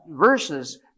verses